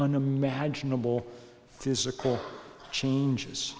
unimaginable physical changes